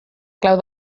clau